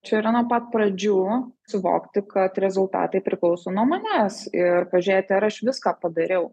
čia yra nuo pat pradžių suvokti kad rezultatai priklauso nuo manęs ir pažiūrėti ar aš viską padariau